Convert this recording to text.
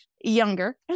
younger